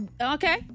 Okay